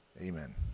Amen